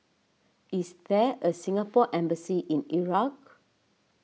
is there a Singapore Embassy in Iraq